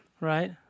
Right